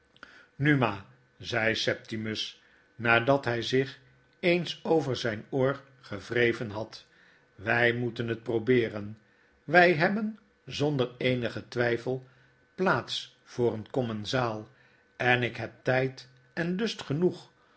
nu ma zei septimus nadat hyzicheens over zyn oor gewreven had wy moeten het probeeren wy hebben zonder eenigen twyfel plaats voor een commensaal en ik heb tyd en lust genoeg